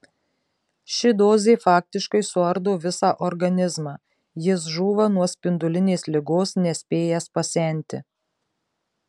ši dozė faktiškai suardo visą organizmą jis žūva nuo spindulinės ligos nespėjęs pasenti